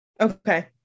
Okay